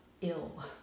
ill